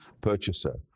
purchaser